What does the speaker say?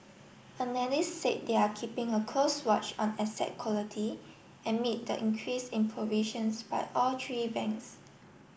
analysts said they are keeping a close watch on asset quality amid the increase in provisions by all three banks